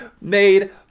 made